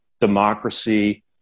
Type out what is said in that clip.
democracy